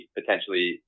potentially